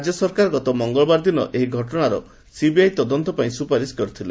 ରାଜ୍ୟ ସରକାର ଗତ ମଙ୍ଗଳବାର ଦିନ ଏହି ଘଟଣାର ସିବିଆଇ ତଦନ୍ତ ପାଇଁ ସୁପାରିସ୍ କରିଥିଲେ